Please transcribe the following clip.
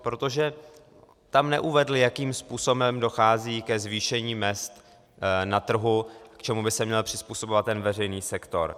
Protože tam neuvedl, jakým způsobem dochází ke zvýšení mezd na trhu, čemu by se měl přizpůsobovat veřejný sektor.